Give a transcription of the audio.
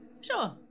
Sure